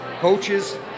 coaches